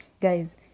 Guys